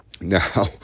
Now